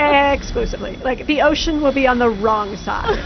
yeah exclusively. like the ocean will be on the wrong side.